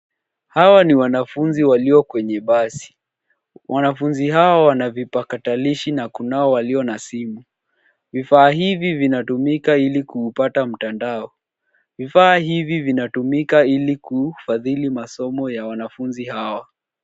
Hawa ni wanafunzi walio kwenye basi. Wanafunzi hawa wana vipakatakilishi na kunao walio na simu. Vifaa hivi vinatumika ili kupata mtandaoni. Vifaa hivi vinatumika ili kufadhili masomo ya wanafunzi hawa.